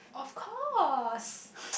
of course